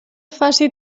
faci